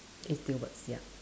it still works ya